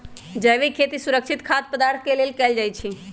जैविक खेती सुरक्षित खाद्य पदार्थ के लेल कएल जाई छई